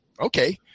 okay